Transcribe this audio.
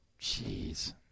Jeez